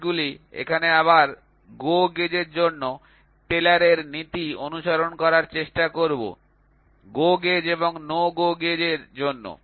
এই গেজগুলি এখানে আবার আমরা GO গেজের জন্য টেইলরের নীতি Taylor's principle অনুসরণ করার চেষ্টা করব গো গেজ এবং নো গো গেজ এর জন্য